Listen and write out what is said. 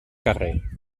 carrer